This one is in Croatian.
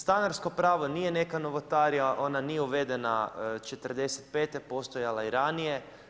Stanarsko pravo nije neka novotarija, ona nije uvedena '45., postojala je i ranije.